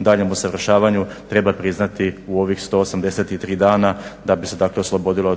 daljnjem usavršavanju treba priznati u ovih 183 dana da bi se dakle oslobodilo